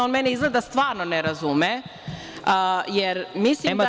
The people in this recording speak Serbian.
On mene izgleda stvarno ne razume, jer mislim da je…